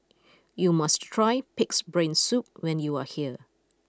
you must try Pig'S Brain Soup when you are here